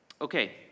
Okay